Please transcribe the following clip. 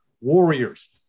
Warriors